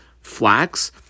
flax